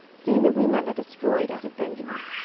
seeing the women are destroyed out of benjamin?